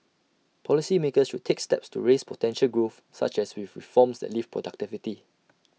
policy makers should take steps to raise potential growth such as with reforms that lift productivity